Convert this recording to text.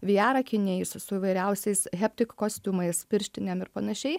viar akiniais su įvairiausiais heptik kostiumais pirštinėm ir panašiai